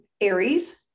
Aries